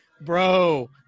bro